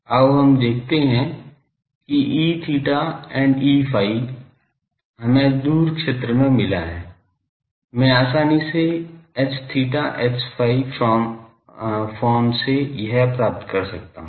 आओ हम देखते हैं कि Eθ and Eϕ हमें दूर क्षेत्र में मिला हैं मैं आसानी से Hθ Hϕ from में यह प्राप्त कर सकता हूं